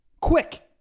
Quick